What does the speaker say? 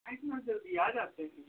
इतना जल्दी आ जाते हैं